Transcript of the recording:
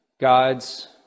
God's